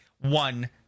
one